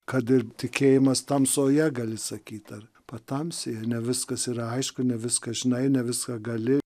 kad ir tikėjimas tamsoje gali sakyt ar patamsyje ne viskas yra aišku ne viską žinai ne viską gali